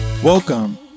Welcome